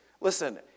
Listen